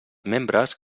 membres